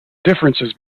differences